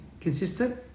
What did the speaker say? consistent